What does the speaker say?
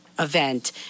Event